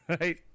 right